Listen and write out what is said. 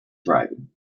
dragon